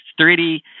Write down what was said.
3D